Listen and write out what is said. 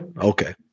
okay